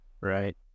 Right